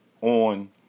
on